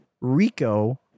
Rico